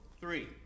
three